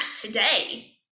today